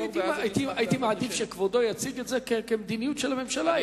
הייתי מעדיף שכבודו יציג את זה כמדיניות של הממשלה.